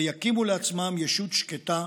ויקימו לעצמם ישות שקטה,